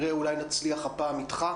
חשוב שהמענים יינתנו גם לילדים משולבים.